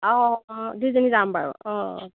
অঁ অঁ দুইজনী যাম বাৰু অঁ